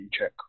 check